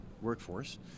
workforce